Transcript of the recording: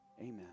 Amen